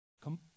come